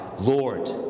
Lord